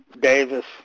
Davis